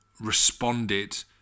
responded